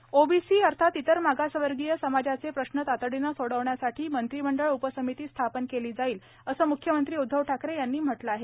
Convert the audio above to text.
मुख्यमंत्री ओबीसी अर्थात इतर मागासवर्गीय समाजाचे प्रश्न तातडीनं सोडवण्यासाठी मंत्रिमंडळ उपसमिती स्थापन केली जाईल असं मुख्यमंत्री उद्धव ठाकरे यांनी म्हटलं आहे